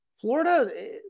Florida